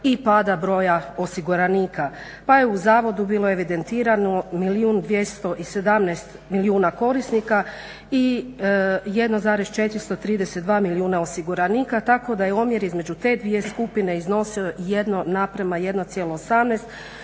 i pada broja osiguranika pa je u zavodu bilo evidentirano milijun 217 milijuna korisnika i 1,432 milijuna osiguranika tako da je omjer između te dvije skupine iznosio 1:1,18